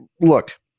Look